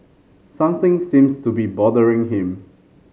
something seems to be bothering him